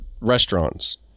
restaurants